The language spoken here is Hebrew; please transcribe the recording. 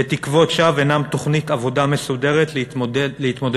ותקוות שווא אינן תוכנית עבודה מסודרת להתמודדות